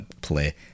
play